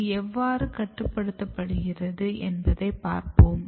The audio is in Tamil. இது எவ்வாறு கட்டுப்படுத்தப்படுகிறது என்பதை பாப்போம்